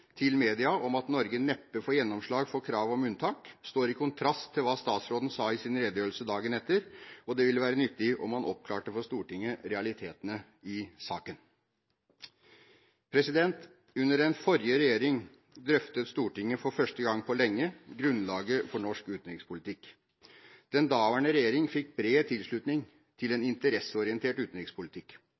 til media om at Norge neppe får gjennomslag for kravet om unntak, står i kontrast til hva statsråden sa i sin redegjørelse dagen etter. Det ville vært nyttig om han oppklarte for Stortinget realitetene i saken. Under den forrige regjeringen drøftet Stortinget for første gang på lenge grunnlaget for norsk utenrikspolitikk. Den daværende regjering fikk bred tilslutning til en interesseorientert utenrikspolitikk.